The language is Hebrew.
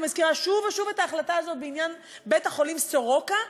אני מזכירה שוב ושוב את ההחלטה הזאת בעניין בית-החולים סורוקה.